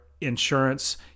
insurance